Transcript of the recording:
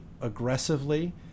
aggressively